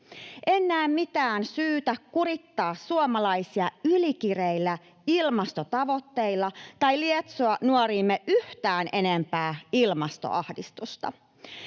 En näe mitään syytä kurittaa suomalaisia ylikireillä ilmastotavoitteilla tai lietsoa nuoriimme yhtään enempää ilmastoahdistusta.